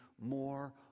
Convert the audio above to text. more